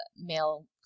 male